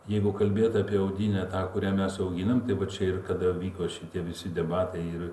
jeigu kalbėt apie audinę tą kurią mes auginam tai va čia ir kada vyko šitie visi debatai ir